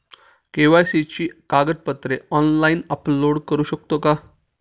KYC ची कागदपत्रे online upload करू शकतो का?